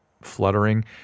fluttering